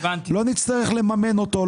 לא נצטרך לממן אותו,